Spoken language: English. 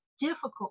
difficult